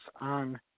on